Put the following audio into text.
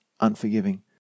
unforgiving